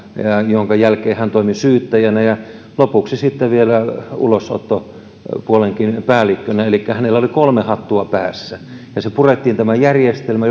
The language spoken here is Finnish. minkä jälkeen hän toimi syyttäjänä ja lopuksi vielä ulosottopuolenkin päällikkönä elikkä hänellä oli kolme hattua päässään ja tämä järjestelmä